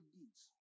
deeds